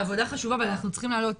העבודה חשובה אבל אנחנו צריכים להעלות